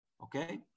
okay